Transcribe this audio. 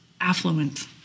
affluent